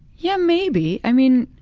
yeah, maybe i mean,